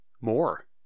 more